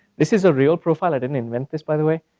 this is a real profile, i didn't invent this by the way.